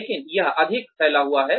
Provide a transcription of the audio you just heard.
लेकिन यह अधिक फैला हुआ है